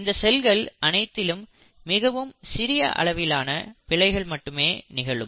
இந்த செயல்கள் அனைத்திலும் மிகவும் சிறிய அளவிலான பிழைகள் மட்டுமே நிகழும்